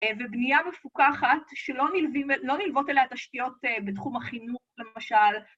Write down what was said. ובנייה מפוקחת שלא נלוות אליה תשתיות בתחום החינוך, למשל.